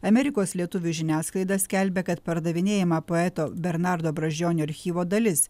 amerikos lietuvių žiniasklaida skelbia kad pardavinėjama poeto bernardo brazdžionio archyvo dalis